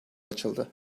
açıldı